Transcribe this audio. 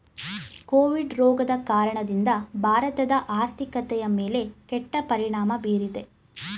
Covid ರೋಗದ ಕಾರಣದಿಂದ ಭಾರತದ ಆರ್ಥಿಕತೆಯ ಮೇಲೆ ಕೆಟ್ಟ ಪರಿಣಾಮ ಬೀರಿದೆ